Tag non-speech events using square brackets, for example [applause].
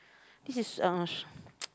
this is uh [noise]